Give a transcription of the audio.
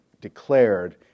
declared